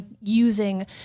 using